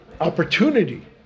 opportunity